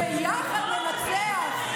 ביחד ננצח.